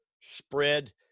spread